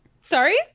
Sorry